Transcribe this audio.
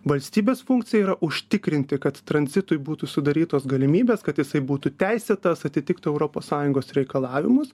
valstybės funkcija yra užtikrinti kad tranzitui būtų sudarytos galimybės kad jisai būtų teisėtas atitiktų europos sąjungos reikalavimus